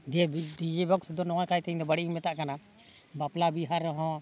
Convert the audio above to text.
ᱰᱤ J box ᱫᱚ ᱱᱚᱣᱟ ᱠᱟᱭᱛᱮ ᱤᱧᱫᱚ ᱵᱟᱹᱲᱤᱡ ᱤᱧ ᱢᱮᱛᱟᱜ ᱠᱟᱱᱟ ᱵᱟᱯᱞᱟ ᱵᱤᱦᱟᱹ ᱨᱮᱦᱚᱸ